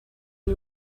you